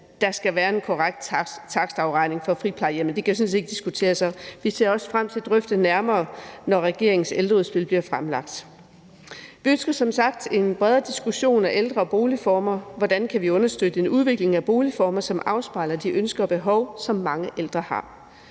der skal være en korrekt takstberegning for friplejehjem; det kan jo sådan set ikke diskuteres. Og vi ser også frem til at drøfte det nærmere, når regeringens ældreudspil bliver fremlagt. Vi ønsker som sagt en bredere diskussion af ældre og boligformer. Hvordan kan vi understøtte en udvikling af boligformer, som afspejler de ønsker og behov, som mange ældre har?